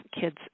kids